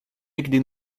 ekde